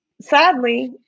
sadly